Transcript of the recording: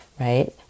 right